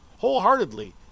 Wholeheartedly